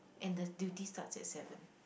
and the duty starts at seven